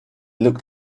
looked